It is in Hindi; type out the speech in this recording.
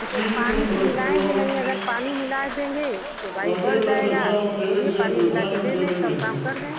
उसमें पानी तो मिलाएँगे नहीं अगर पानी मिला देंगे तो भाई बढ़ जाएगा तो बोलिए पानी मिला के दे दें कम दाम कर दें